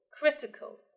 critical